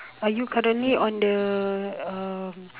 are you currently on the uh